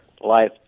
Life